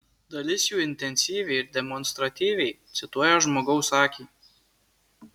dalis jų intensyviai ir demonstratyviai cituoja žmogaus akį